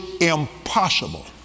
impossible